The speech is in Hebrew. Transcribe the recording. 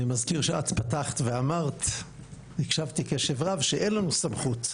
אני מזכיר שאת פתחת ואמרת שאין לנו סמכות.